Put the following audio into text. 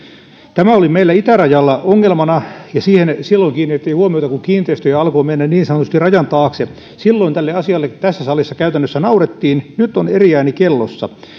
tämä oli meillä itärajalla ongelmana ja silloin kiinnitettiin huomiota siihen kun kiinteistöjä alkoi mennä niin sanotusti rajan taakse silloin tälle asialle tässä salissa käytännössä naurettiin nyt on eri ääni kellossa